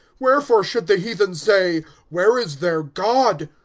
wherefore should the heathen say where is their god?